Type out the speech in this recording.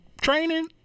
training